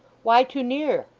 why too near?